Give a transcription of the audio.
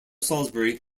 salisbury